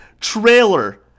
trailer